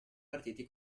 partiti